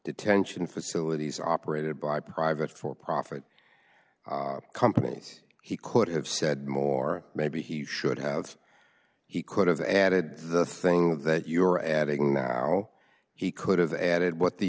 detention facilities operated by private for profit companies he could have said more maybe he should have he could have added the thing that you're adding now he could have added what the